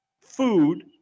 food